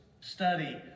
study